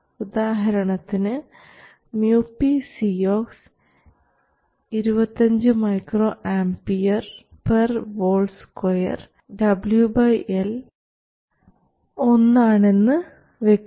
ഉദാഹരണത്തിന് µpCox 25 µAvolt2 WL1 ആണെന്ന് വെക്കുക